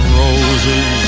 roses